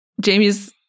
Jamie's